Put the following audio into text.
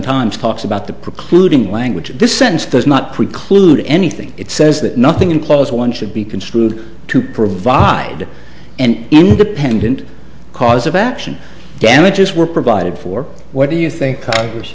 times talks about the precluding language this sense does not preclude anything it says that nothing in close one should be construed to provide an independent cause of action damages were provided for what do you think congress